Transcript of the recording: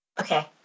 Okay